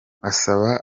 asaba